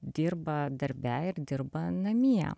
dirba darbe ir dirba namie